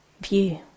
view